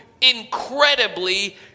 incredibly